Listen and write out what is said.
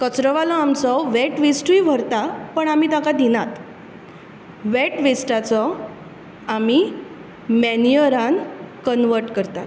कचरोवालो आमचो वेट वेस्टूय व्हरता पण आमी ताका दिनात वेट वेस्टाचो आमी मेन्युअरान कन्वर्ट करतात